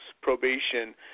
probation